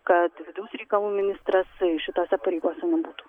kad vidaus reikalų ministras šitose pareigose būtų